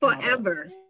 forever